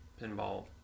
pinball